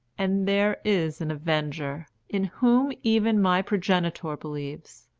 and there is an avenger, in whom even my progenitor believes,